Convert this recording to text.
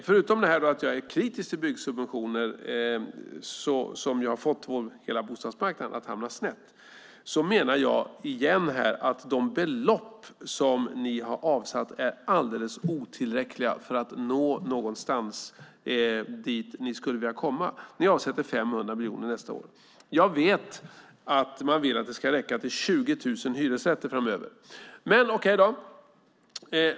Förutom att jag är kritisk till byggsubventioner, som ju har fått hela vår bostadsmarknad att hamna snett, menar jag igen att de belopp som ni har avsatt är alldeles otillräckliga för att nå dit ni skulle vilja komma. Ni avsätter 500 miljoner nästa år. Jag vet att man vill att det ska räcka till 20 000 hyresrätter framöver.